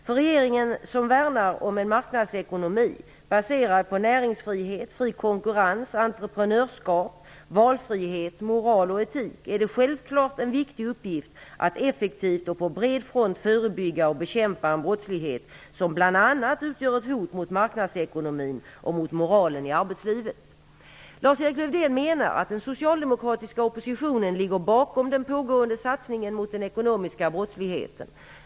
För regeringen, som värnar om en marknadsekonomi baserad på näringsfrihet, fri konkurrens, entreprenörskap, valfrihet, moral och etik, är det självklart en viktig uppgift att effektivt och på bred front förebygga och bekämpa en brottslighet, som bl.a. utgör ett hot mot marknadsekonomin och mot moralen i affärslivet. Lars-Erik Lövdén menar, att den socialdemokratiska oppositionen ligger bakom den pågående satsningen mot den ekonomiska brottsligheten.